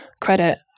credit